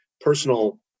personal